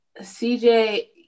CJ